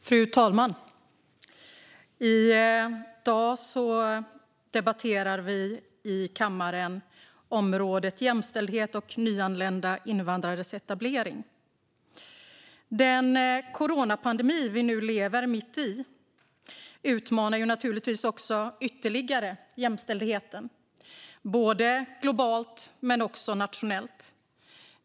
Fru talman! I dag debatterar vi i kammaren området Jämställdhet och nyanlända invandrares etablering. Den coronapandemi vi nu lever mitt i utmanar naturligtvis också jämställdheten ytterligare, globalt men också nationellt.